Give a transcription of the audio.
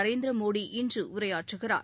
நரேந்திர மோடிஇன்று உரையாற்றுகிறார்